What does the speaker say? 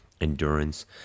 endurance